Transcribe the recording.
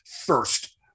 first